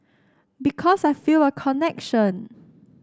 because I feel a connection